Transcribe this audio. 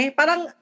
parang